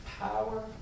power